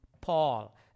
Paul